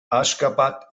aşgabat